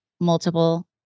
multiple